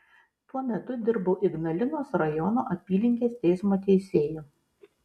tuo metu dirbau ignalinos rajono apylinkės teismo teisėju